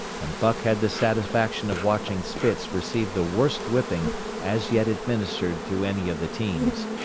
and buck had the satisfaction of watching spitz receive the worst whipping as yet administered to any of the teams.